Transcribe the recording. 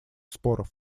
споров